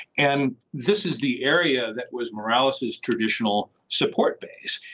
and this is the area that was morales's traditional support base.